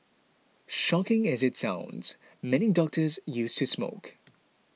shocking as it sounds many doctors used to smoke